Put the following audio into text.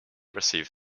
receive